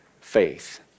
faith